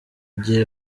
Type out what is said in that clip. gihe